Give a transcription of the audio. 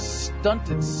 stunted